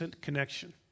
connection